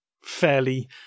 fairly